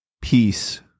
peace